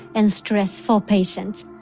and stress for patients.